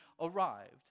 arrived